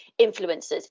influencers